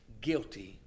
guilty